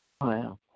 Wow